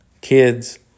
kids